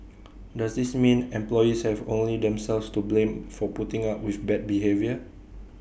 does this mean employees have only themselves to blame for putting up with bad behaviour